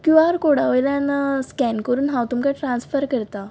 QR कोडा वयल्यान scan करून हांव तुमकां ट्रान्स्फर करता